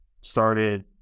started